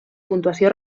puntuació